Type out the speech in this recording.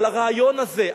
על הרעיון הזה,